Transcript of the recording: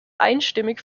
einstimmig